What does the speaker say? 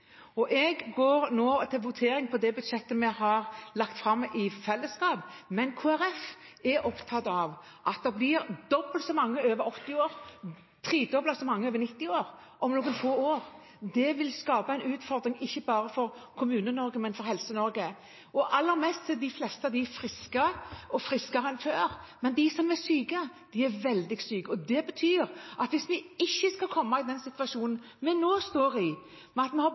votering på bakgrunn av det budsjettet vi har lagt fram i fellesskap. Kristelig Folkeparti er opptatt av at det om noen få år blir dobbelt så mange over 80 år og tredobbelt så mange over 90 år. Det vil skape en utfordring ikke bare for Kommune-Norge, men for Helse-Norge. De aller fleste er friske, og friskere enn før, men de som er syke, er veldig syke. Det betyr at hvis vi ikke skal komme i den situasjonen vi nå står i, med at vi har